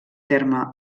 terme